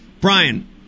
Brian